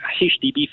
HDB